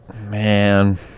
Man